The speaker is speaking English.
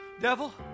devil